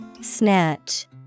Snatch